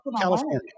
California